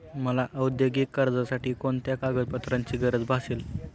मला औद्योगिक कर्जासाठी कोणत्या कागदपत्रांची गरज भासेल?